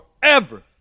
forever